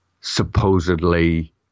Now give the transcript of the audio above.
supposedly